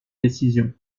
décision